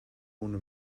ohne